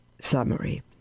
summary